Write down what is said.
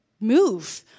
move